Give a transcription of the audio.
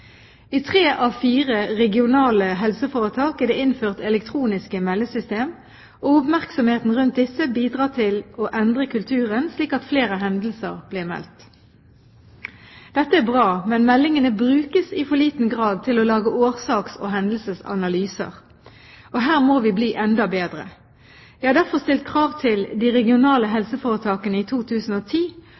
I tre av fire regionale helseforetak er det innført elektroniske meldesystem, og oppmerksomheten rundt disse bidrar til å endre kulturen, slik at flere hendelser blir meldt. Dette er bra, men meldingene brukes i for liten grad til å lage årsaks- og hendelsesanalyser. Her må vi bli enda bedre. Jeg har derfor stilt krav til de regionale helseforetakene i 2010